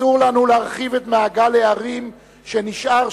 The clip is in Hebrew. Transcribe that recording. אסור לנו להרחיב את מעגל הערים שנשאר,